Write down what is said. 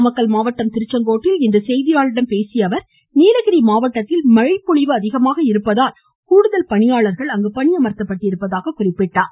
நாமக்கல் மாவட்டம் திருச்செங்கோட்டில் இன்று செய்தியாளர்களிடம் பேசிய அவர் நீலகிரி மாவட்டத்தில் மழை பொழிவு அதிகமாக இருப்பதால் கூடுதல் பணியாளர்கள் பணியமர்த்தப்பட்டுள்ளதாக கூறினார்